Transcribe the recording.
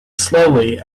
slowly